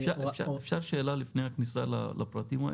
אפשר שאלה לפני הכניסה לפרטים האלה?